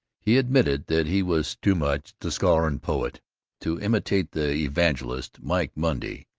he admitted that he was too much the scholar and poet to imitate the evangelist, mike monday,